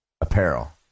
apparel